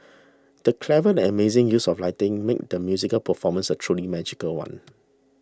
the clever and amazing use of lighting made the musical performance a truly magical one